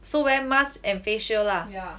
so wear masks and face shield lah